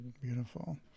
Beautiful